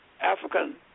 African